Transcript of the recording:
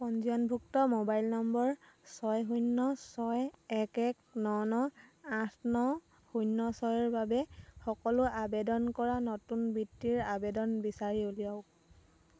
পঞ্জীয়নভুক্ত mobile number ছয় শূন্য ছয় এক এক ন ন আঠ ন শূন্য ছয়ৰ বাবে সকলো আবেদন কৰা নতুন বৃত্তিৰ আবেদন বিচাৰি উলিয়াওক